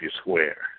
square